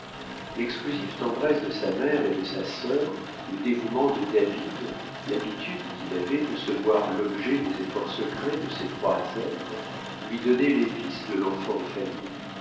l'exclusive tendresse de sa mère et de sa sœur le dévouement de david l'habitude qu'il avait de se voir l'objet des efforts secrets de ces trois êtres lui donnaient les vices de l'enfant de famille